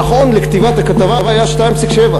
נכון לכתיבת הכתבה היה 2.7,